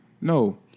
No